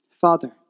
Father